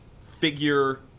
figure